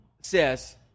says